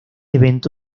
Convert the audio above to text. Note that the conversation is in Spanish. evento